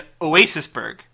Oasisburg